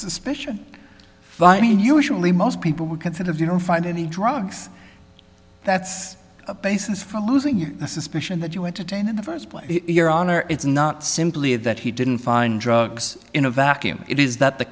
suspicion but i mean usually most people would consider if you don't find any drugs that's a basis for losing your suspicion that you went to jane in the first place your honor it's not simply that he didn't find drugs in a vacuum it is that the